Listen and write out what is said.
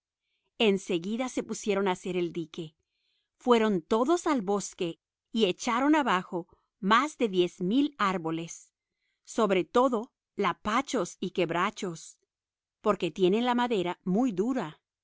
en seguida se pusieron a hacer el dique fueron todos al bosque y echaron abajo más de diez mil árboles sobre todo lapachos y quebrachos porqué tienen la madera muy dura